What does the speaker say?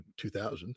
2000